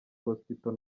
hospital